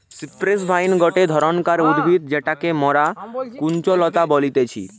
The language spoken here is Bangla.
সিপ্রেস ভাইন গটে ধরণকার উদ্ভিদ যেটাকে মরা কুঞ্জলতা বলতিছে